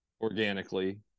organically